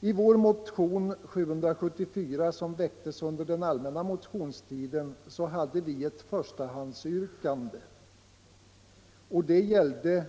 I vår motion 774, som väcktes under den allmänna motionstiden, hade vi ett förstahandsyrkande. Detta gällde